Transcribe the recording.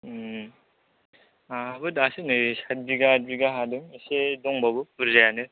आहाबो दासो नै सात बिघा आट बिघा हादों एसे दंबावो बुरजायानो